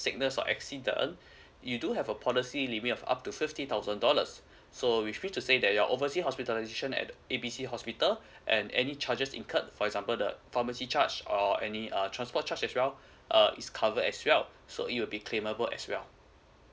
sickness or accident you do have a policy we have up to fifty thousand dollars so which mean to say that your oversea hospitalization at A B C hospital and any charges incurred for example the pharmacy charge or any uh transport charge as well uh is covered as well so it will be claimable as well